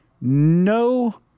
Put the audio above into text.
no